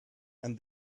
and